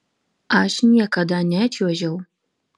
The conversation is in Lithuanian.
aš niekada nečiuožiau